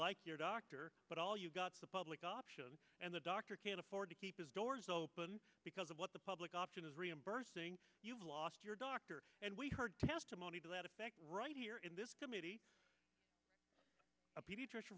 like your doctor but all you've got the public option and the doctor can't afford to keep his doors open because of what the public option is reimbursing lost your doctor and we heard testimony to that effect right here in this committee a pediatrician